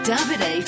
David